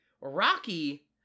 Rocky